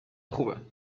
خوبه